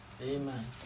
Amen